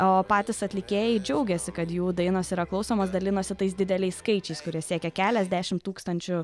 o patys atlikėjai džiaugiasi kad jų dainos yra klausomos dalinosi tais dideliais skaičiais kurie siekia keliasdešimt tūkstančių